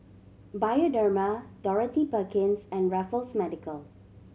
Bioderma Dorothy Perkins and Raffles Medical